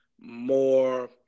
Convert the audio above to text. more